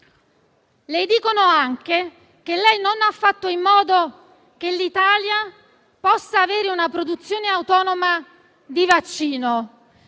Le rimproverano anche di non aver fatto in modo che l'Italia possa avere una produzione autonoma di vaccino: